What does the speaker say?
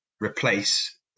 replace